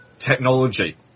technology